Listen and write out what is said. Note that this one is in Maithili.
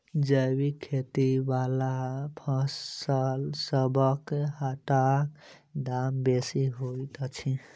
जैबिक खेती बला फसलसबक हाटक दाम बेसी होइत छी